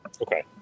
Okay